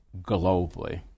globally